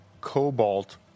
cobalt